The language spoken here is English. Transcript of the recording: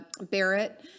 Barrett